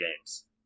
games